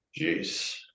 Jeez